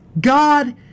God